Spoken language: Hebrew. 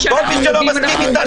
כל מי שמסכים איתך,